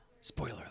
Spoiler